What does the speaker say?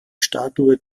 statue